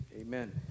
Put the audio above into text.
amen